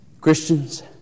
Christians